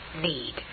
need